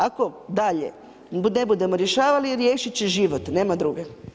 Ako dalje ne budemo rješavali riješiti će život, nema druge.